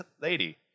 lady